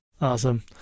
Awesome